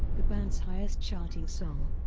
the band's highest-charting song,